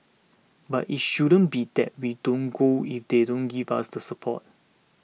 but it shouldn't be that we don't go if they don't give us the support